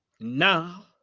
now